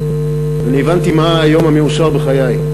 אני הבנתי מה היום המאושר בחיי,